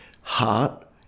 heart